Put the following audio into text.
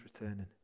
returning